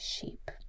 sheep